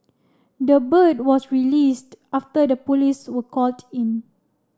the bird was released after the police were called in